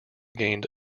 gained